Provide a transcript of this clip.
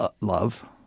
love